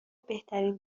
بهترین